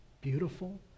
beautiful